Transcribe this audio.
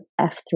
F3